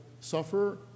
suffer